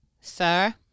sir